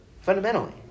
Fundamentally